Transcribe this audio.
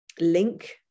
link